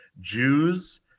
Jews